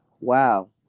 Wow